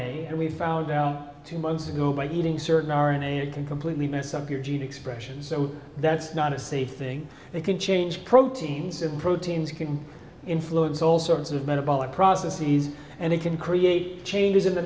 a and we found out two months ago by eating certain r n a can completely mess up your gene expression so that's not a c thing they can change proteins and proteins can influence all sorts of metabolic processes and it can create changes in the